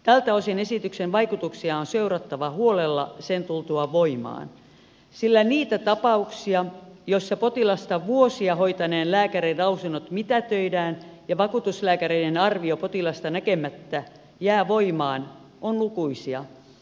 tältä osin esityksen vaikutuksia on seurattava huolella sen tultua voimaan sillä niitä tapauksia joissa potilasta vuosia hoitaneen lääkärin lausunnot mitätöidään ja vakuutuslääkäreiden arvio potilasta näkemättä jää voimaan on lukuisia